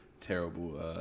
terrible